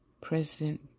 President